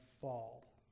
fall